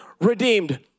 redeemed